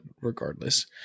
regardless